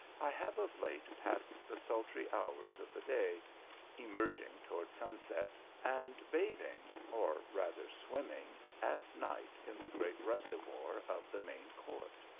i have of late passed the sultry hours of the day emerging toward sunset, and bathing, or rather swimming, at night in the great reservoir of the main court.